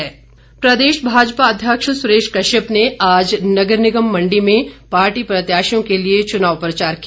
भाजपा प्रदेश भाजपा अध्यक्ष सुरेश कश्यप ने आज नगर निगम मंडी में पार्टी प्रत्याशियों के लिए चुनाव प्रचार किया